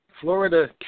Florida